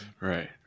Right